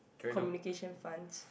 communication funds